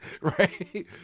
Right